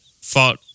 fought